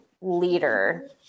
leader